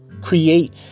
create